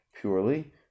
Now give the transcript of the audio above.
purely